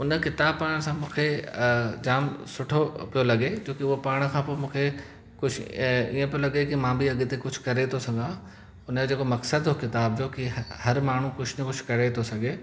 हुन किताबु पढ़ण सां मूंखे जाम सुठो पियो लॻे छोकी उहो पढ़ण खां पोइ मूंखे कुझ ऐं ईअं पियो लॻे की मां बि अॻिते कुझु करे थो सघां हुन जो जेको मक़्सदु हुओ किताब जो की हर माण्हू कुझ न कुझु करे थो सघे